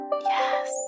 Yes